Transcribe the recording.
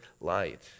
light